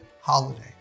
holiday